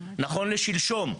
נכון לשלשום,